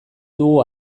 dugu